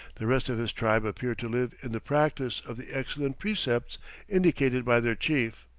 the rest of his tribe appeared to live in the practice of the excellent precepts indicated by their chief.